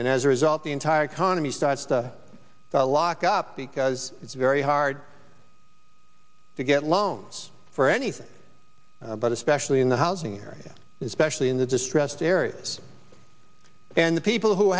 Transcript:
and as a result the entire economy starts to lock up because it's very hard to get loans for anything but especially in the housing area especially in the distressed areas and the people who